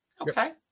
Okay